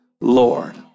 Lord